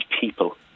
people